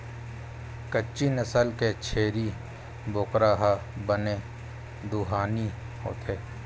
कच्छी नसल के छेरी बोकरा ह बने दुहानी होथे